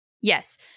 Yes